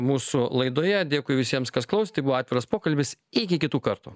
mūsų laidoje dėkui visiems kas klausėte tai buvo atviras pokalbis iki kitų kartų